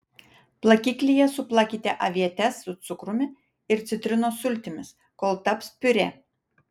plakiklyje suplakite avietes su cukrumi ir citrinos sultimis kol taps piurė